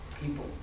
People